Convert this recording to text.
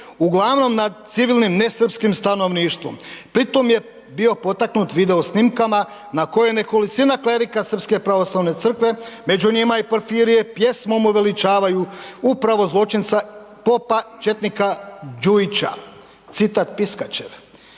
uglavnom nad civilnim nesrpskim stanovništvom. Pritom je bio potaknut video snimkama na koje nekolicina klerika srpske pravoslavne crkve, među njima i Porfirije, pjesmom uveličavaju upravo zločnica popa četnika Đujića, citat Piskačev.